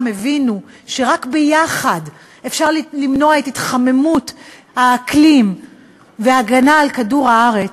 הבינו שרק ביחד אפשר למנוע את התחממות האקלים ולהגן על כדור-הארץ,